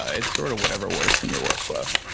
ah it's sort of whatever works in your workflow.